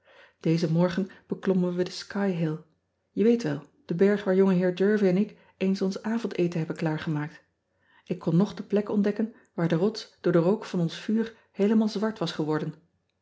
ozen morgen beklommen we den ky ill e weet wel de berg waar ongeheer ervie en ik eens ons avondeten hebben klaargemaakt k kon nog de plek ontdekken waar de rots door den rook van ons vuur heelemaal zwart was geworden